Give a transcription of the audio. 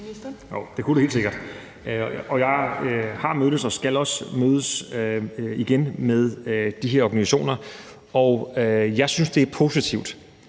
det kunne det helt sikkert. Jeg skal også mødes igen med de her organisationer, og jeg synes, det er positivt,